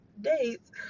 dates